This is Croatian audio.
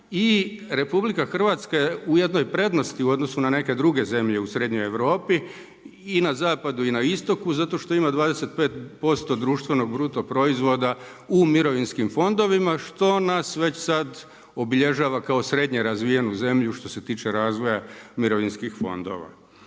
rješenja i RH, je u jednoj prednosti u odnosu na neke druge zemlje u srednjoj Europi i na zapadu i na istoku zato što ima 25% društvenog bruto proizvoda u mirovinskim fondovima što nas već sad obilježava kao srednje razvijenu zemlju što se tiče razvoja mirovinskih fondova.